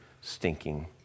stinking